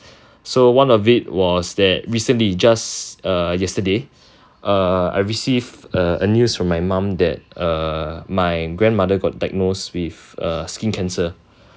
so one of it was that recently just err yesterday err I received uh a news from my mum that err my grandmother got diagnosed with uh skin cancer